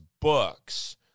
books